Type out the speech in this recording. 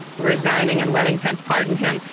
resigning and letting pence pardon him.